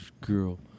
girl